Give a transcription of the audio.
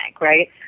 right